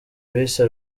bise